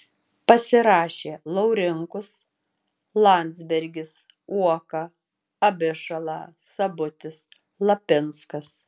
pasirašė laurinkus landsbergis uoka abišala sabutis lapinskas